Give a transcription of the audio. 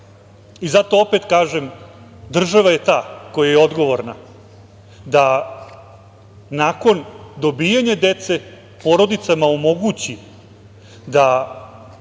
Zato opet kažem da je država ta koja je odgovorna da nakon dobijanja dece, porodicama omogući da